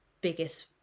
biggest